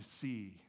see